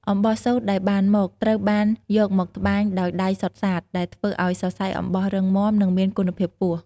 អំបោះសូត្រដែលបានមក ត្រូវបានយកមកត្បាញដោយដៃសុទ្ធសាធ ដែលធ្វើឱ្យសរសៃអំបោះរឹងមាំ និងមានគុណភាពខ្ពស់។